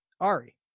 Ari